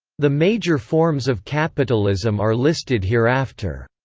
the major forms of capitalism are listed hereafter